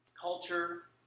culture